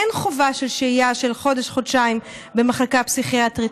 אין חובת שהייה של חודש-חודשיים במחלקה הפסיכיאטרית,